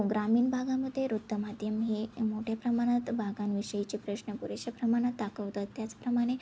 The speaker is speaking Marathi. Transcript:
हो ग्रामीण भागामध्ये वृत्तमाध्यम हे मोठ्या प्रमाणात भागांविषयीचे प्रश्न पुरेशा प्रमाणात दाखवतात त्याचप्रमाणे